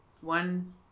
one